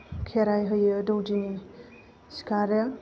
खेराय होयो दौदिनि सिखारो